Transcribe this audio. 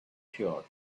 sure